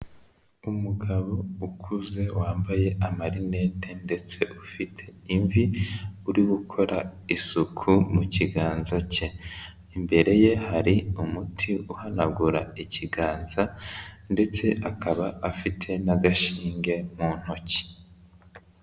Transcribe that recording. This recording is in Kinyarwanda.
Umugabo ukuze, wambaye amarinete, ndetse ufite imvi, uri gukora isuku mu kiganza cye, imbere ye hari umuti uhanagura ikiganza, ndetse akaba afite n'agashinge mu ntoki.